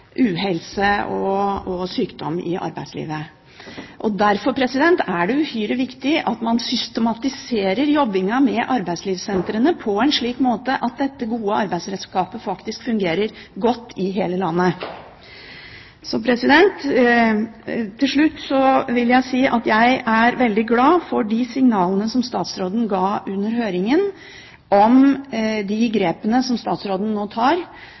uhelse og sykdom i arbeidslivet. Derfor er det uhyre viktig at man systematiserer jobben med arbeidslivssentrene på en slik måte at dette gode arbeidsredskapet fungerer godt i hele landet. Til slutt vil jeg si at jeg er veldig glad for signalene fra statsråden under høringen som gjaldt de grepene hun nå tar